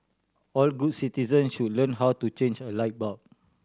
all good citizens should learn how to change a light bulb